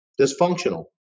dysfunctional